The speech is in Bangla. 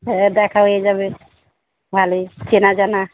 হ্যাঁ দেখা হয়ে যাবে ভালোই চেনা জানা